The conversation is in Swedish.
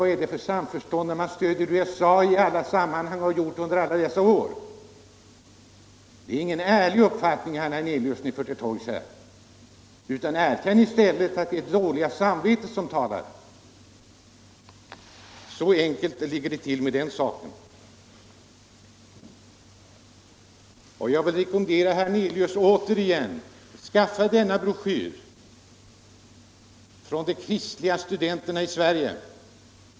Vad är det för samförstånd, när man stöder USA i alla sammanhang och har gjort det under alla dessa år? Det är ingen ärlig uppfattning ni för till torgs. Erkänn i stället att det är ert dåliga samvete som talar! Så enkelt ligger det till med den här saken. Jag vill rekommendera herr Hernelius att skaffa de kristna studenternas broschyr.